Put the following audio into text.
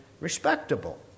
respectable